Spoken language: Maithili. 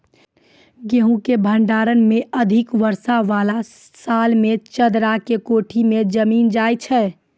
गेहूँ के भंडारण मे अधिक वर्षा वाला साल मे चदरा के कोठी मे जमीन जाय छैय?